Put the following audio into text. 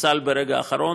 וניצל ברגע האחרון.